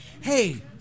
hey